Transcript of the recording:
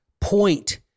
point